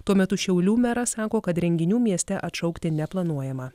tuo metu šiaulių meras sako kad renginių mieste atšaukti neplanuojama